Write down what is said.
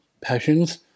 passions